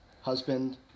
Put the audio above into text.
husband